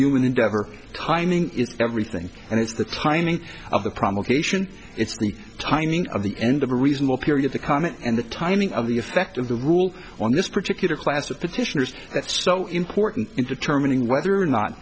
human endeavor timing is everything and it's the timing of the provocation it's the tiny of the end of a reasonable period to comment and the timing of the effect of the rule on this particular class of petitioners that's so important in determining whether or not